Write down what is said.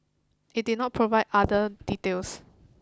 it did not provide other details